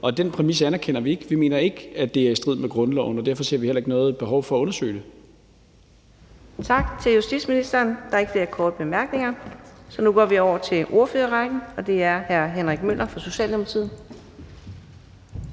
Den præmis anerkender vi ikke. Vi mener ikke, at det er i strid med grundloven, og derfor ser vi heller ikke noget behov for at undersøge det. Kl. 14:46 Fjerde næstformand (Karina Adsbøl): Tak til justitsministeren. Der er ikke flere korte bemærkninger. Nu går vi over til ordførerrækken, og det er hr. Henrik Møller fra Socialdemokratiet.